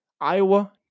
Iowa